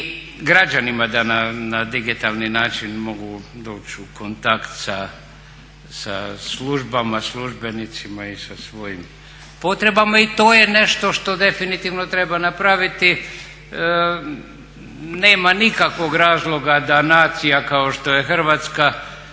građanima da na digitalni način mogu doć u kontakt sa službama, službenicima i sa svojim potrebama i to je nešto što definitivno treba napraviti. Nema nikakvog razloga da nacija kao što je Hrvatska